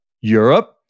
Europe